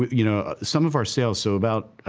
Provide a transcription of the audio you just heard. you know, some of our sales. so about,